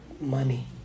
money